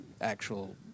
actual